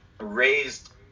raised